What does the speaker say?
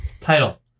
title